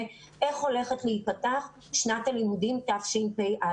איך הולכת להיפתח שנת הלימודים תשפ"א.